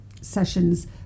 sessions